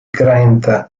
grant